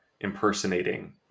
impersonating